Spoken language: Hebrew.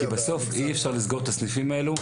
כי בסוף אי אפשר לסגור את הסניפים האלו